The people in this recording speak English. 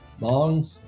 long